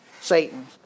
Satan